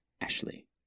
Ashley